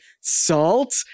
salt